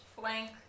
flank